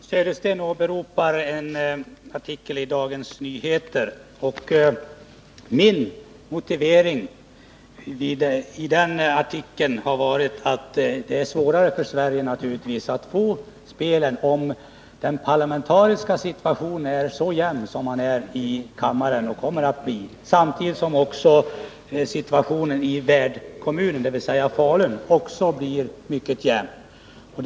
Herr talman! Bo Södersten åberopar en artikel i Dagens Nyheter. Mitt argument i den artikeln var att det är svårt för Sverige att få spelen, när den parlamentariska situationen är så jämn som den är och kommer att förbli samtidigt som också läget i värdkommunen, dvs. Falun, är mycket jämnt.